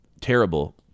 terrible